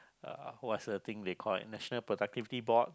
uh what's the thing they call it national productivity board